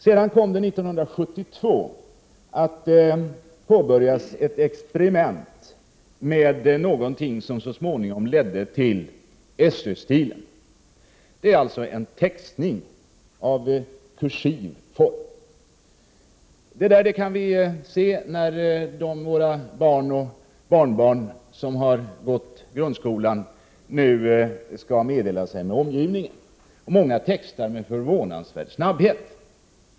År 1972 påbörjades ett experiment med någonting som så småningom ledde till den s.k. SÖ-stilen. Det är fråga om att texta i kursiv form. Vi kan se detta sätt att skriva när våra barn och barnbarn, som har gått i grundskolan, skall meddela sig med omgivningen. Många av dem textar med förvånansvärd snabbhet.